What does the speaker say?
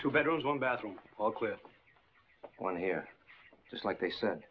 two bedrooms one bathroom all clear one here just like they s